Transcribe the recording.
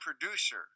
producer